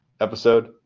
episode